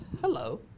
hello